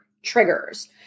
triggers